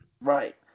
Right